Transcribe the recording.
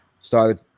started